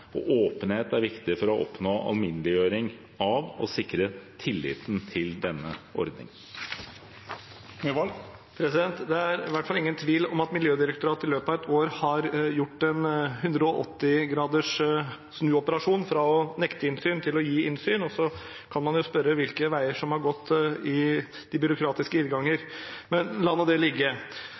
og åpenhet er viktig for å oppnå alminneliggjøring av og sikre tilliten til denne ordningen. Det er i hvert fall ingen tvil om at Miljødirektoratet i løpet av et år har gjort en 180 graders snuoperasjon – fra å nekte innsyn til å gi innsyn, og så kan man jo spørre hvilke veier som har gått i de byråkratiske irrganger. – Men la nå det ligge.